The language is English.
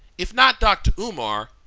if not dr. umar,